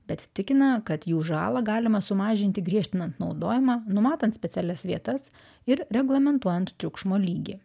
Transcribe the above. bet tikina kad jų žalą galima sumažinti griežtinant naudojimą numatant specialias vietas ir reglamentuojant triukšmo lygį